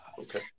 Okay